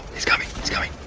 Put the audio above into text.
he's coming, he's coming.